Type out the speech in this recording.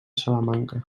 salamanca